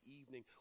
evening